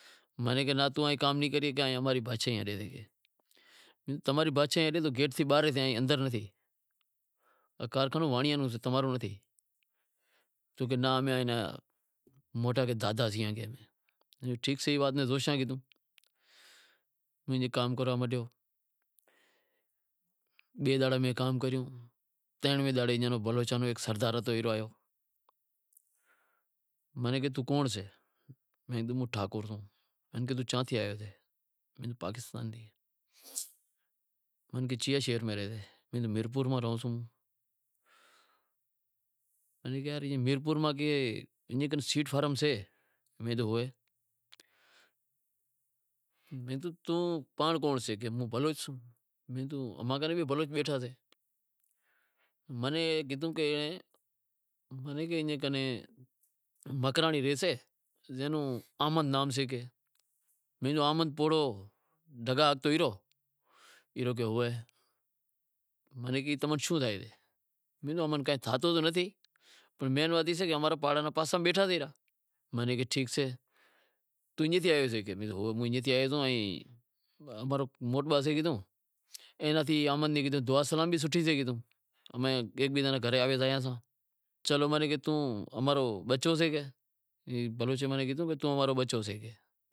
ماں نیں کہے توں اتھ کام نیں کرے ماں ری بادشاہی ہلے تھی، تماری بادشاہی ہالے تو گیٹ سیں باہر سے اندر نتھی، تو کارخانو وانڑایاں رو سے تمارو نتھی تو کہے ناں امیں موٹا دادا سیئاں، موں کہیو ٹھیک سے ایئے وات نیں زوشاں، موں کام کریو، بئے دہاڑے میں کام کریو، تئے دہاڑے ایئاں بلوچاں رو ہیک سردار ہتو او آیو، موں نیں کہے توں کونڑ سے؟ موں کہیو ہوں ٹھاکر ساں، موں نیں کہیو توں چاں تھی آیو سے پاکستان تھے، موں نیں کیے چیئے شہر میں رہو سے، موں کہیو میرپور میں رہاں ساں، میں نیں کہے یار میرپور میں ای کو سیٹ فارم سے؟ میں کہیو ہوئے، میں کہیو توں پانڑ کونڑ سے؟ تو کہے ہوں بلوچ ساں، میں کہیو اماں کنیں بھی بلوچ بیٹھا سے، منیں کہیدو کہ ایئں کنیں مکرانڑی رہیسے جینوں احمد نام سے میں کہیو احمد پوڑہو ڈھگا ہکلتو ای رو، کہے ہوئے، میں نیں کہے تمارو شوں تھائے، میں نیں کہیو امارو کجھ تھاتو تو نتھی پنڑ مین وات ای سے کہ ماں رے پاڑاں رے پاساں میں بیٹھا تھی را میں نیں کہے ٹھیک سے توں ایئاں نیں تھی آیو سے میں نیں کہیو ہوئے، میں ایئے تھی آیو ساں امارو موٹو با سے ایئے ری احمد کن دعا سلام بھی سوٹھی سے، امیں ہیکے بیزے رے گھرے آیا زایا ساں، کہے چلو توں امارو بچو سے، بلوچ موں نیں کیدہو کی توں امارو بچو سے